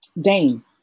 Dane